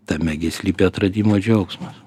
tame gi slypi atradimo džiaugsmas